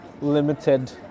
limited